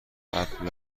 قبل